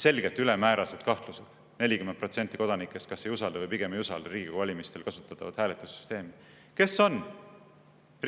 selgelt ülemäärased kahtlused? Sest 40% kodanikest kas ei usalda või pigem ei usalda Riigikogu valimistel kasutatavat hääletussüsteemi. Kes on